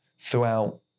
throughout